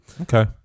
okay